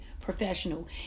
professional